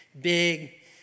big